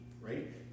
right